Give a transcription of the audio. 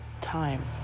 time